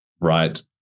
right